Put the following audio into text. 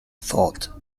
thought